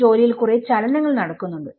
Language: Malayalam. ഈ ജോലിയിൽ കുറേ ചലനങ്ങൾ നടക്കുന്നുണ്ട്